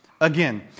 again